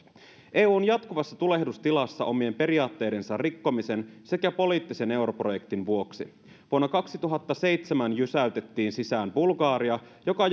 on jatkuvassa tulehdustilassa omien periaatteidensa rikkomisen sekä poliittisen europrojektin vuoksi vuonna kaksituhattaseitsemän jysäytettiin sisään bulgaria joka